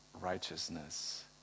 righteousness